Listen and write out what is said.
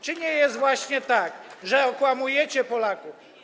Czy nie jest właśnie tak, że okłamujecie Polaków?